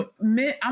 men